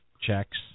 checks